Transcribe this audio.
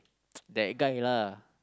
that guy lah